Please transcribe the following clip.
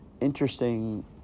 interesting